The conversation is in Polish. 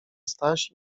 staś